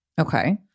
Okay